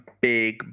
big